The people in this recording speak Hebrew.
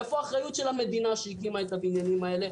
איפה האחריות של המדינה שהקימה את הבניינים האלה?